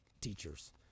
teachers